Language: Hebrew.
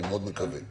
אני מאוד מקווה.